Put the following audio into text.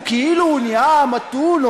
הוא כאילו נהיה מתון,